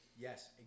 yes